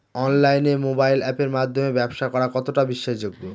অনলাইনে মোবাইল আপের মাধ্যমে ব্যাবসা করা কতটা বিশ্বাসযোগ্য?